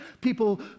People